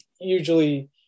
usually